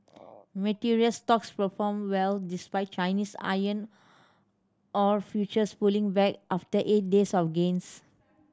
material stocks performed well despite Chinese iron ore futures pulling back after eight days of gains